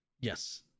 Yes